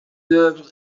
œuvre